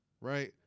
right